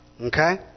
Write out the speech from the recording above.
Okay